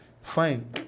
Fine